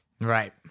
Right